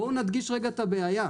בואו נדגיש רגע את הבעיה.